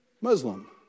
Muslim